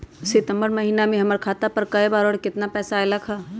सितम्बर महीना में हमर खाता पर कय बार बार और केतना केतना पैसा अयलक ह?